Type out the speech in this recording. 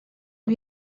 you